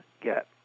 get